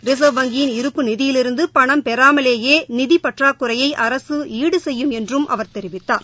reserve வங்கியின் இருப்பு நிதியிலிருந்துபணம் பெறாமலேயேநிதிப் பற்றாக்குறையைஅரசாடுசெய்யும் என்றும் அவர் தெரிவித்தார்